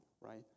right